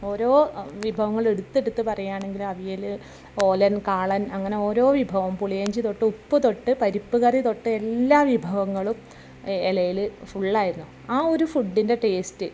ഓരോ വിഭവങ്ങൾ എടുത്ത് എടുത്ത് പറയുകയാണെങ്കിൽ അവിയൽ ഓലൻ കാളൻ അങ്ങനെ ഓരോ വിഭവവും പുളിയിഞ്ചി തൊട്ട് ഉപ്പു തൊട്ട് പരിപ്പ് കറി തൊട്ട് എല്ലാ വിഭവങ്ങളും ഇലയിൽ ഫുള്ളായിരുന്നു ആ ഒരു ഫുഡിൻ്റെ ടേസ്റ്റ്